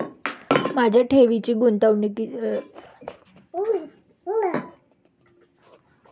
माझ्या ठेवी आणि गुंतवणुकीची माहिती ऑनलाइन मिळेल का?